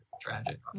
Tragic